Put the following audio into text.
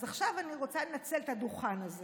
אז עכשיו אני רוצה לנצל את הדוכן הזה